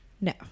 No